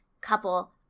couple